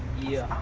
yeah.